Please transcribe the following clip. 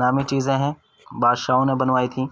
نامی چیزیں ہیں بادشاہوں نے بنوائی تھیں